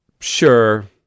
Sure